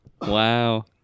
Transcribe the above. Wow